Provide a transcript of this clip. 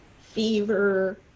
fever